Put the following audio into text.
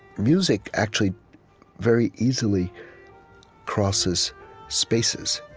music actually very easily crosses spaces?